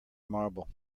marble